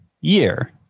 year